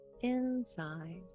inside